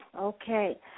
Okay